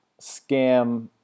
scam